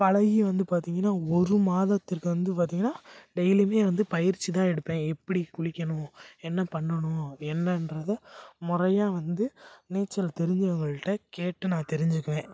பழகி வந்து பார்த்திங்கனா ஒரு மாதத்திற்கு வந்து பார்த்திங்கனா டெய்லியும் வந்து பயிற்சி தான் எடுப்பேன் எப்படி குளிக்கணும் என்னப் பண்ணணும் என்னன்றதை முறையா வந்து நீச்சல் தெரிஞ்சவங்கள்கிட்ட கேட்டு நான் தெரிஞ்சுக்குவேன்